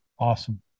Awesome